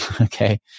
Okay